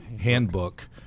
handbook